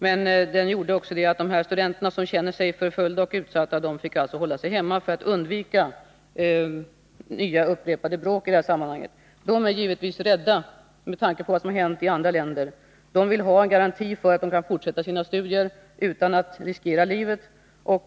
Men händelserna gjorde att de studenter som kände sig förföljda och utsatta fick hålla sig hemma för att undvika nya bråk. De är givetvis rädda med tanke på vad som hänt i andra länder. De vill ha garanti för att kunna fortsätta sina studier utan att riskera livet.